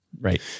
Right